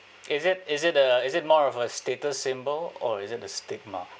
is it is it uh is it more of a status symbol or is it the stigma